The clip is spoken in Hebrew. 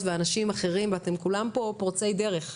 ואנשים אחרים ואתם כולכם פה פורצי דרך.